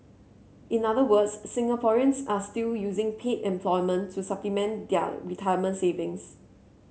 in other words Singaporeans are still using paid employment to supplement their retirement savings